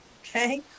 okay